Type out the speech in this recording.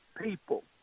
people